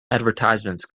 advertisements